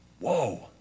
Whoa